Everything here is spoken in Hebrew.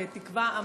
בתקווה,